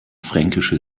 fränkische